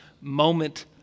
moment